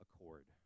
accord